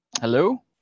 Hello